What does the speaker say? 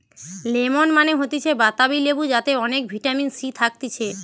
lemon মানে হতিছে বাতাবি লেবু যাতে অনেক ভিটামিন সি থাকতিছে